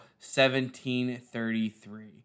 1733